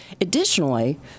Additionally